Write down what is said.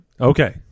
Okay